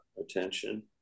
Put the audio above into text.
attention